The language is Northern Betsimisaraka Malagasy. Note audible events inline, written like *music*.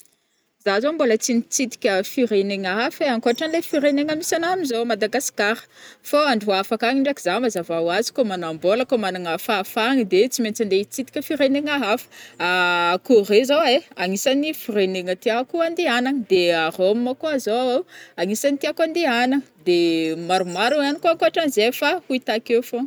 Za zao mbola tsy nitsidika firenena hafa ankoatranle firenena misy ana amzô Madagascar, fô andro hafa akagny ndraiky za mazava oazy kô manambôla kô managna fahafagna de tsy maintsy ande hitsidiky firenegna hafa, *hesitation* Koré zao ai, agnisany firenegna tiako andeanagny, de *hesitation* Rome koa zô agnisany tiako andehana de *hesitation* maromaro ihagny koa ankoatranizay fa ho itako eo fogna.